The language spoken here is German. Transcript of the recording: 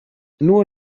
nur